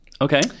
Okay